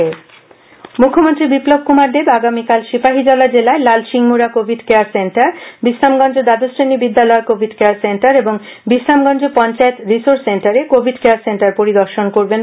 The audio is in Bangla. মুখ্যমন্ত্রী কোভিড কেয়ার মুখ্যমন্ত্রী বিপ্লব কৃমার দেব আগামীকাল সিপাহীজলা জেলায় Lalsingmura covid care centre Bishramganj দ্বাদশ শ্রেণি বিদ্যালয় কোভিড কেয়ার সেন্টার ও বিশ্রামগঞ্জ পঞ্চায়েত রিসোর্স সেন্টারে কোভিড কেয়ার সেন্টার পরিদর্শন করবেন